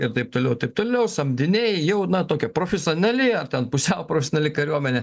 ir taip toliau taip toliau samdiniai jau na tokia profesionali ar ten pusiau profesionali kariuomenė